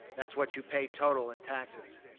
that's what you pay total in taxes.